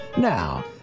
Now